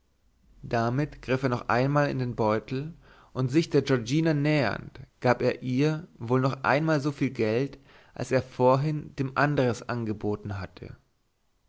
damit griff er noch einmal in den beutel und sich der giorgina nähernd gab er ihr wohl noch einmal so viel geld als er vorhin dem andres angeboten hatte